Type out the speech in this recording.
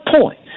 point